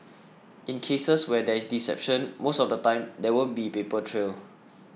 in cases where there is deception most of the time there won't be a paper trail